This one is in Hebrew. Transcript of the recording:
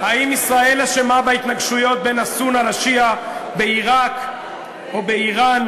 האם ישראל אשמה בהתנגשויות בין הסונה לשיעה בעיראק או באיראן?